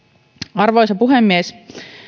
arvoisa puhemies